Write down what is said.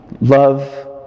love